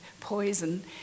poison